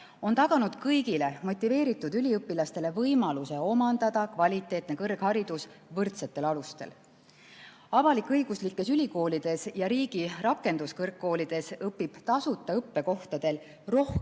on taganud kõigile motiveeritud üliõpilastele võimaluse omandada kvaliteetne kõrgharidus võrdsetel alustel. Avalik-õiguslikes ülikoolides ja riigi rakenduskõrgkoolides õpib tasuta õppekohtadel rohkem